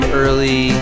early